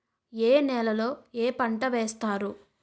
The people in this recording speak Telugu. ఏ నేలలో ఏ పంట వేస్తారు?